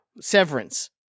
Severance